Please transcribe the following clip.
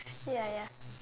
ya ya